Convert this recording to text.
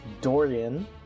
Dorian